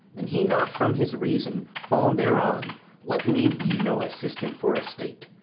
and he not from his reason fall'n thereon let me be no assistant for a state,